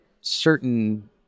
certain